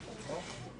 הלאה.